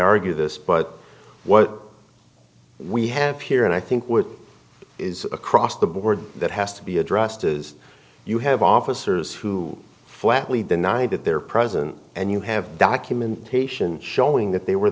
argue this but what we have here and i think what is across the board that has to be addressed is you have officers who flatly denied that their president and you have documentation showing that they were